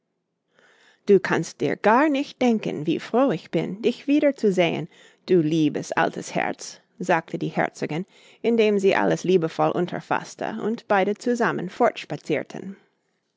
du kannst dir gar nicht denken wie froh ich bin dich wieder zu sehen du liebes altes herz sagte die herzogin indem sie alice liebevoll unterfaßte und beide zusammen